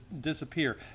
disappear